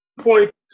point